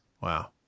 Wow